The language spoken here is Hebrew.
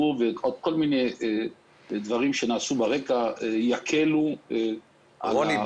ועוד כל מיני דברים שנעשו ברקע יקלו על הניתוקים -- רוני,